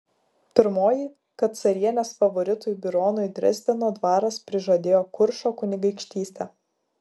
pirmoji kad carienės favoritui bironui dresdeno dvaras prižadėjo kuršo kunigaikštystę